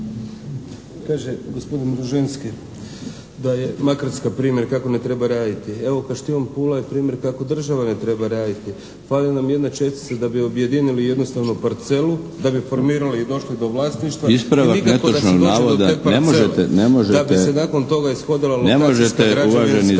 Ispravak netočnog navoda. Ne možete uvaženi